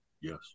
Yes